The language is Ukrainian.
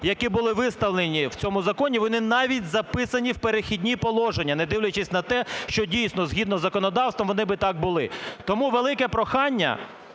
які були виставлені в цьому законі, вони навіть записані в перехідні положення, не дивлячись на те, що дійсно згідно законодавства вони би так були. Тому велике прохання